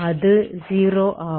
அது 0 ஆகும்